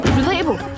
relatable